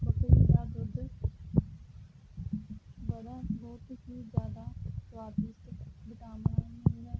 ਬੱਕਰੀ ਦਾ ਦੁੱਧ ਬੜਾ ਬਹੁਤ ਹੀ ਜ਼ਿਆਦਾ ਸੁਆਦਿਸ਼ਟ ਵਿਟਾਮਿਨਾਂ ਨਾਲ